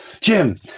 Jim